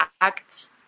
act